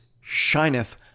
shineth